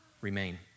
remain